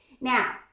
Now